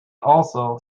also